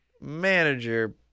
Manager